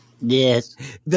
Yes